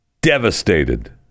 devastated